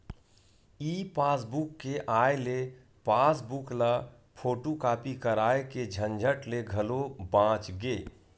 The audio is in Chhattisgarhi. ई पासबूक के आए ले पासबूक ल फोटूकापी कराए के झंझट ले घलो बाच गे